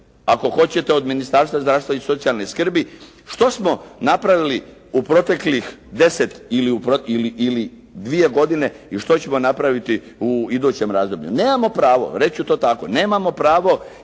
Ako hoćete od Ministarstva zdravstva i socijalne skrbi što smo napravili u proteklih 10 ili dvije godine i što ćemo napraviti u idućem razdoblju? Nemamo pravo, reći ću to tako, nemamo pravo